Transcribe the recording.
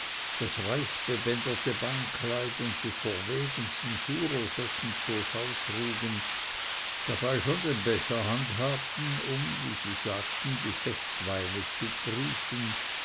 das reich bebänderte beinkleid und die verwegensten schuhrosetten zur schau trugen dabei schon den becher handhabten um wie sie sagten die festweine zu prüfen